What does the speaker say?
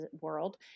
world